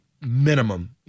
minimum